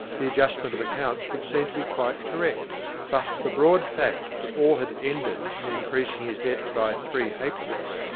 the adjustment of accounts would seem to be quite correct but the broad fact that all had ended in increasing his debt by three half pence,